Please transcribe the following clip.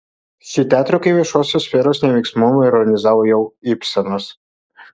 šį teatro kaip viešosios sferos neveiksnumą ironizavo jau ibsenas